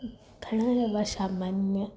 ઘણા એવા સામાન્ય